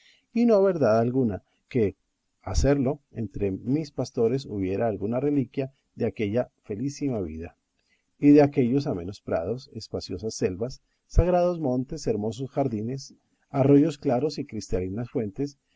y no verdad alguna que a serlo entre mis pastores hubiera alguna reliquia de aquella felicísima vida y de aquellos amenos prados espaciosas selvas sagrados montes hermosos jardines arroyos claros y cristalinas fuentes